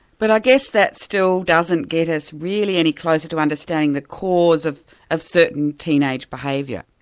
but i guess that still doesn't get us really any closer to understanding the cause of of certain teenage behaviour?